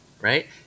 right